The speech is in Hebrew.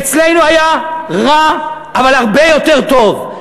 אצלנו היה רע, אבל הרבה יותר טוב.